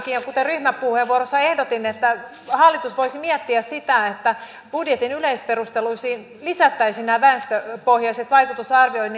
ehdotankin kuten ryhmäpuheenvuorossa ehdotin että hallitus voisi miettiä sitä että budjetin yleisperusteluihin lisättäisiin nämä väestöpohjaiset vaikutusarvioinnit